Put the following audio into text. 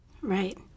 Right